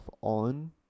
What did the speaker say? on